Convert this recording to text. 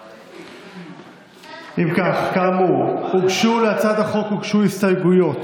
אם כך, כאמור, הוגשו הסתייגויות